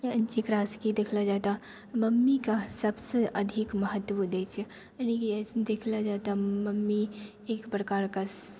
जेकरासँ कि देखला जाइ तऽ मम्मीके सबसँ अधिक महत्व दै छियै इएह लियऽ कि देखला जाइ तऽ मम्मी एक प्रकारके